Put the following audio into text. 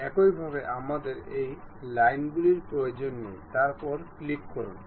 একইভাবে আমাদের এই লাইনগুলির প্রয়োজন নেই তারপরে ক্লিক করুন